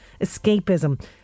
escapism